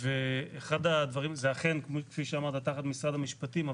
ואחד הדברים זה אכן כפי שאמרת תחת המשפטים,